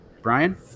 Brian